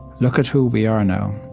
look at who we are now.